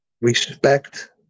respect